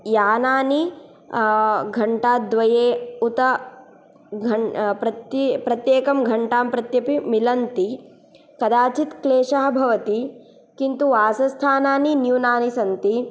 यानानि घण्टा द्वये उत घण् प्रति प्रत्येकं घण्टां प्रत्यपि मिलन्ति कदाचित् क्लेशः भवति किन्तु वासस्थानानि न्यूनानि सन्ति